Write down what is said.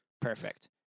perfect